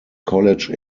college